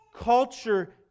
culture